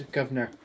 Governor